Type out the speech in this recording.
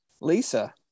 Lisa